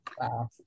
Wow